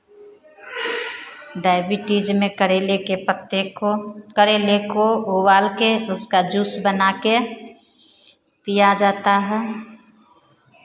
diabetes में करेले के पत्ते को करेले को उबाल के उसका जूस बना के पिया जाता है